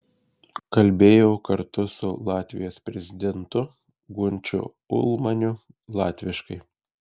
kalbėjau kartu su latvijos prezidentu gunčiu ulmaniu latviškai